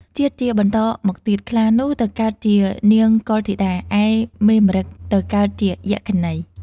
ជាតិជាបន្តមកទៀត ខ្លានោះ ទៅកើតជានាងកុលធីតា ឯមេម្រឹគ ទៅកើតជានាងយក្ខិនី ។